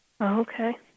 Okay